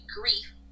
grief